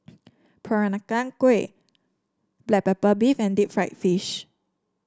Peranakan Kueh Black Pepper Beef and Deep Fried Fish